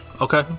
Okay